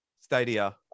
Stadia